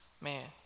man